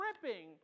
dripping